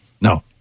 No